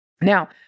Now